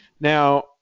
Now